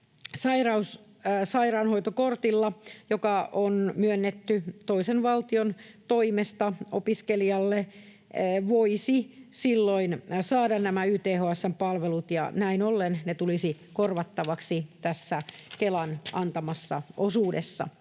sairaanhoitokortilla, joka on myönnetty toisen valtion toimesta opiskelijalle, voisi silloin saada nämä YTHS:n palvelut, ja näin ollen ne tulisivat korvattavaksi tässä Kelan antamassa osuudessa.